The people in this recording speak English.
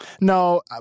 No